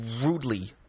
rudely